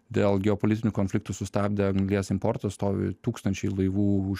dėl geopolitinių konfliktų sustabdė anglies importą stovi tūkstančiai laivų už